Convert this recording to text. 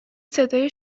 صدای